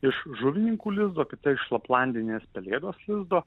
iš žuvininkų lizdo kita iš laplandinės pelėdos lizdo